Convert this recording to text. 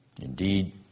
Indeed